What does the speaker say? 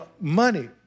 money